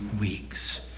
weeks